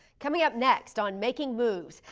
coming up next on making moves,